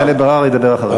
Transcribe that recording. טלב אבו עראר ידבר אחריך.